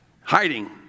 hiding